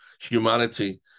humanity